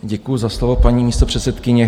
Děkuji za slovo, paní místopředsedkyně.